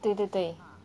对对对